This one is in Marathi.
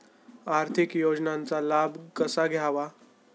आर्थिक योजनांचा लाभ कसा घ्यावा?